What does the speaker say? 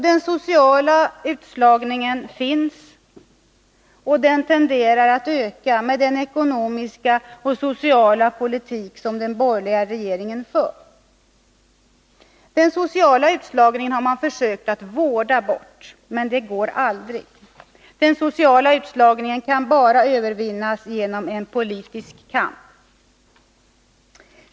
Den sociala utslagningen finns, och den tenderar att öka med den ekonomiska och sociala politik som den borgerliga regeringen för. Den sociala utslagningen har man försökt att vårda bort. Men det går aldrig. Den sociala utslagningen kan bara övervinnas genom en politisk kamp.